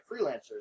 freelancers